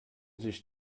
sich